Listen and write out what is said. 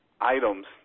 items